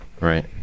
right